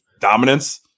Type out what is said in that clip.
dominance